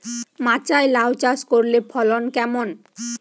মাচায় লাউ চাষ করলে ফলন কেমন?